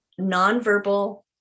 nonverbal